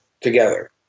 together